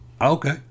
okay